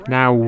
Now